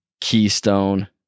Keystone